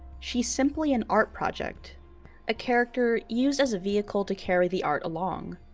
she's simply an art project a character used as a vehicle to carry the art along.